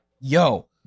yo